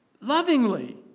Lovingly